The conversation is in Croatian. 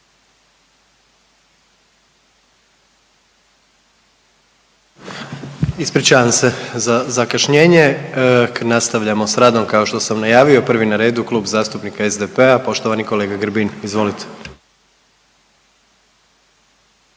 Ispričavam se za zakašnjenje. Nastavljamo s radom kao što sam najavio, prvi na redu Klub zastupnika SDP-a, poštovani kolega Grbin. Izvolite.